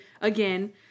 again